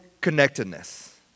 connectedness